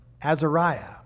Azariah